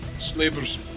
slavers